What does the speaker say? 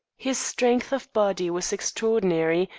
his strength of body was extraordinary,